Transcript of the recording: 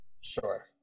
sure